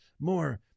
more